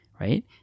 right